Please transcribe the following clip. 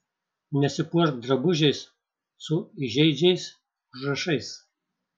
nesipuošk drabužiais su įžeidžiais užrašais